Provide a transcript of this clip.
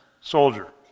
soldier